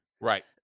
Right